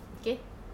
okay